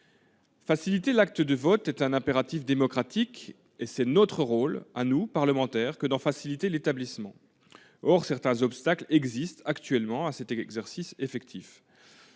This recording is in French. Faciliter l'acte de vote est un impératif démocratique ; c'est notre rôle, en tant que parlementaires, que d'en faciliter l'établissement. Certains obstacles s'opposent pourtant actuellement à cet exercice effectif.